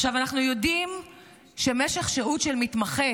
עכשיו אנחנו יודעים שמשך שהות של מתמחה